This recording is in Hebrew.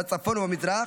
בצפון ובמזרח,